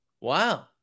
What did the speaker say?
Wow